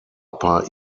upper